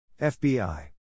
FBI